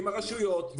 עם הרשויות,